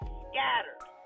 scattered